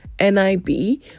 nib